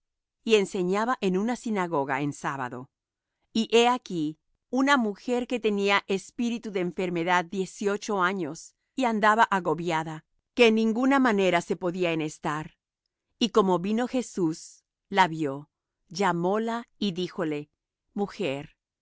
y enseñaba en una sinagoga en sábado y he aquí una mujer que tenía espíritu de enfermedad dieciocho años y andaba agobiada que en ninguna manera se podía enhestar y como jesús la vió llamóla y díjole mujer